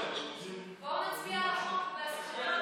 בואו נצביע על החוק.